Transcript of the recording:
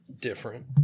different